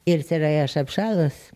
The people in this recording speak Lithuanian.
ir seraja šapšalas